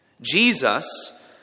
Jesus